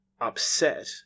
upset